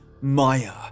Maya